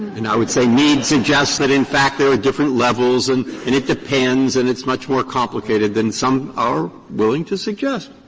and i would say mead suggests that, in fact, there are different levels and and it depends and it's much more complicated than some are willing to suggest.